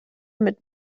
mit